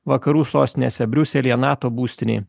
vakarų sostinėse briuselyje nato būstinėj